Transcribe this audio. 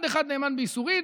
עד אחד נאמן באיסורין,